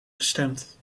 gestemd